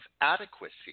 adequacy